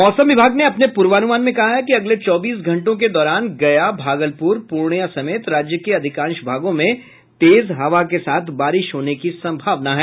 मौसम विभाग ने अपने पूर्वानूमान में कहा है कि अगले चौबीस घंटों के दौरान गया भागलपुर पूर्णिया समेत राज्य के अधिकांश भागों में तेज हवा के साथ बारिश होने की संभावना है